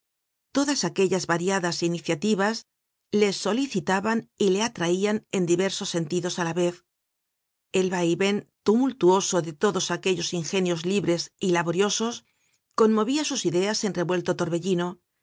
todas aquellas variadas iniciativas le solicitaban y le atraian en diversos sentidos á la vez el va y ven tumultuoso de todos aquellos ingenios libres y laboriosos conmovia sus ideas en revuelto torbellino